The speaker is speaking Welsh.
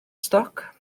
stoc